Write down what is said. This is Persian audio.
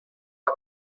راه